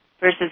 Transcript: Versus